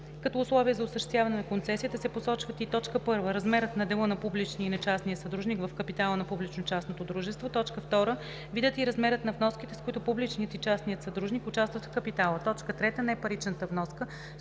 като условие за осъществяване на концесията, се посочват и: 1. размерът на дела на публичния и на частния съдружник в капитала на публично-частното дружество; 2. видът и размерът на вноските, с които публичният и частният съдружник участват в капитала; 3. непаричната вноска,